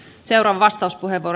arvoisa puhemies